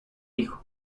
hijo